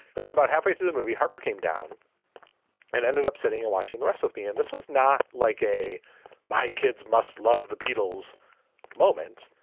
and then about halfway through the movie, harper came down and ended up sitting and watching the rest of me and this was not. like a my kids must love the beatles moment.